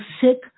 sick